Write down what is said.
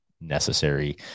necessary